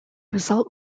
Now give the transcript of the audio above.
result